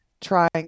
trying